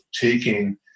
taking